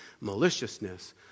maliciousness